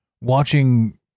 watching